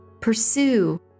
pursue